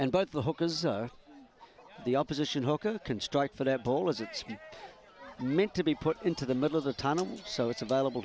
and but the hook is or the opposition hooker can strike for that ball as it's been meant to be put into the middle of the tunnel so it's available